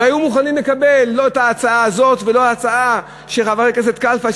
לא היו מוכנים לקבל לא את ההצעה הזאת ולא את ההצעה של חבר הכנסת קלפה,